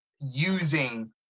using